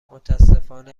متاسفانه